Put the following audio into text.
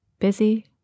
Busy